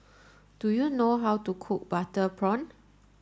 do you know how to cook butter prawn